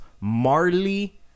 Marley